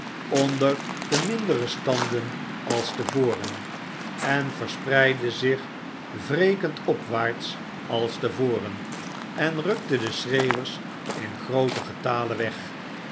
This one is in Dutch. onder de mindere standen als te voren en verspreidde zich wrekend opwaarts als te voren en rukte de schreeuwers in grooten getale weg